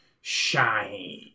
Shine